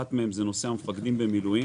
כשאחת מהן היא בנושא המפקדים במילואים,